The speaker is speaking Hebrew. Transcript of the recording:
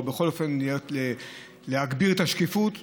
או בכל אופן להגביר את השקיפות.